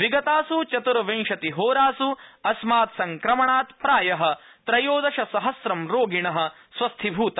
विगतास् चतुर्विंशतिहोरासु अस्मात संक्रमणात् प्राय त्रयोदशसहस्रं रोगिण स्वस्थीभृता